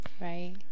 Right